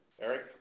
Eric